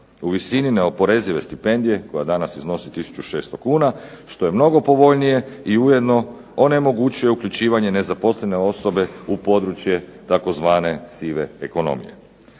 u visini neoporezive stipendije koja danas iznosi tisuću 600 kn, što je mnogo povoljnije i ujedno onemogućuje uključivanje nezaposlene osobe u područje tzv. sive ekonomije.